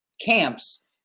camps